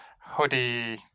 hoodie